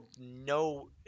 no